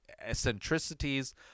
eccentricities